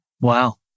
Wow